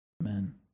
Amen